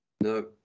No